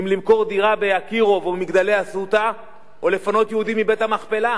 אם למכור דירה ב"אקירוב" או ב"מגדלי אסותא" או לפנות יהודי מבית-המכפלה.